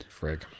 frig